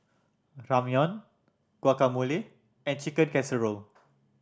Ramyeon Guacamole and Chicken Casserole